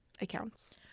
accounts